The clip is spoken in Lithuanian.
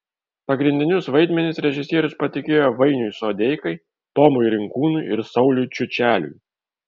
pagrindinius vaidmenis režisierius patikėjo vainiui sodeikai tomui rinkūnui ir sauliui čiučeliui